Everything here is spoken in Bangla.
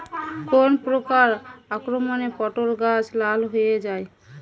কোন প্রকার আক্রমণে পটল গাছ লাল হয়ে যায়?